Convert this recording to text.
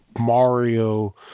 mario